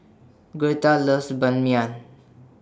Gertha loves Ban Mian